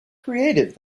creative